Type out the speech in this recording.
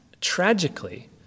tragically